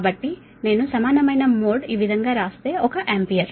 కాబట్టి నేను సమానమైన మోడ్ ఈ విధంగా రాస్తే ఒక ఆంపియర్